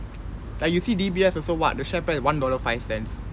like you see D_B_S also [what] the share pair is one dollar five cents